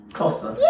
Costa